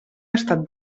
estat